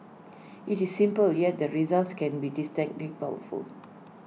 IT is simple yet the results can be distinctly powerful